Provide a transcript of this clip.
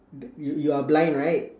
the you you are blind right